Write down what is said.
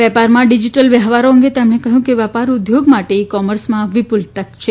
વેપારમાં ડીજીટલ વ્યવહારો અંગે તેમણે કહ્યું કે વેપાર ઉદ્યોગ માટે ઇ કોમર્સમાં વિપુલ તક છે